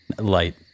light